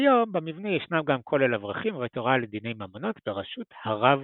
כיום במבנה ישנם גם כולל אברכים ובית הוראה לדיני ממונות בראשות הרב